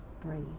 breathe